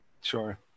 sure